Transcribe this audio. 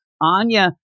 Anya